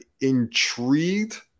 intrigued